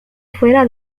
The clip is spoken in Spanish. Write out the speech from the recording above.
fuera